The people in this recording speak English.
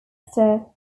sister